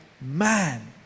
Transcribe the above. man